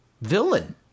villain